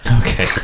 Okay